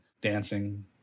dancing